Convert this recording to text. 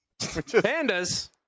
Pandas